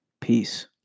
Peace